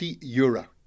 euro